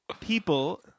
People